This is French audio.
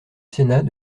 sénat